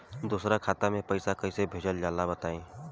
दोसरा खाता में पईसा कइसे भेजल जाला बताई?